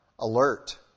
alert